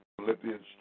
Philippians